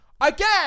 again